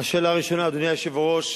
השאלה הראשונה, אדוני היושב-ראש,